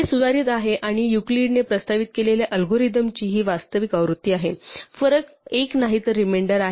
हे सुधारित आहे आणि युक्लिड ने प्रस्तावित केलेल्या अल्गोरिदमची ही वास्तविक आवृत्ती आहे फरक एक नाही तर रिमेंडर आहे